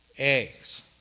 eggs